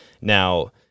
Now